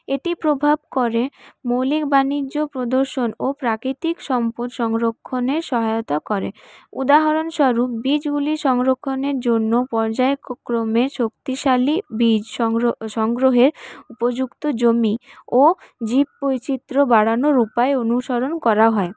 এটি প্রভাব করে মৌলিক বাণিজ্য প্রদর্শন ও প্রাকৃতিক সম্পদ সংরক্ষণে সহায়তা করে উদাহরণস্বরূপ বীজগুলি সংরক্ষণের জন্য পর্যায় ক্রমে শক্তিশালী বীজ সংগ্রহের উপযুক্ত জমি ও জীব বৈচিত্র্য বাড়ানোর উপায় অনুসরণ করা হয়